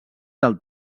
del